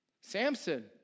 Samson